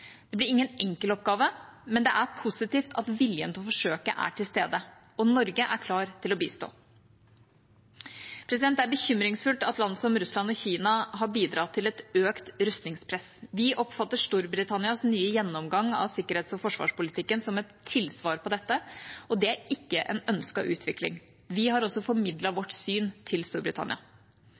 Det blir ingen enkel oppgave, men det er positivt at viljen til å forsøke er til stede, og Norge er klar til å bistå. Det er bekymringsfullt at land som Russland og Kina har bidratt til et økt rustningspress. Vi oppfatter Storbritannias nye gjennomgang av sikkerhets- og forsvarspolitikken som et tilsvar på dette, og det er ikke en ønsket utvikling. Vi har også formidlet vårt syn til Storbritannia.